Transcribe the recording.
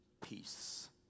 peace